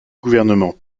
gouvernement